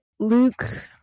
Luke